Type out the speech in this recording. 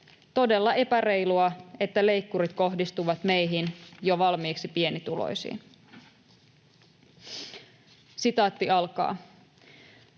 Todella epäreilua, että leikkurit kohdistuvat meihin jo valmiiksi pienituloisiin.” ”Otin